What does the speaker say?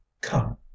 come